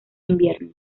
invierno